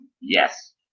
Yes